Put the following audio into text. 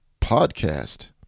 Podcast